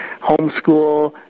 homeschool